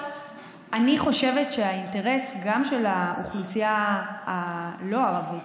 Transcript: אני חושבת שהאינטרס של האוכלוסייה הלא-ערבית,